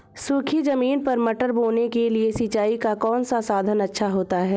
सूखी ज़मीन पर मटर बोने के लिए सिंचाई का कौन सा साधन अच्छा होता है?